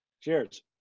Cheers